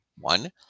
one